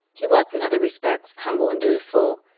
he was in other respects humble and dutiful,